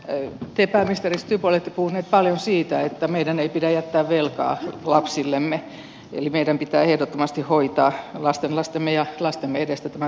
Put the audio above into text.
te pääministeri stubb olette puhunut paljon siitä että meidän ei pidä jättää velkaa lapsillemme eli meidän pitää ehdottomasti hoitaa lastenlastemme ja lastemme edestä tämä velka asia